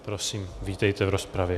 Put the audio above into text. Prosím, vítejte v rozpravě.